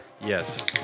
Yes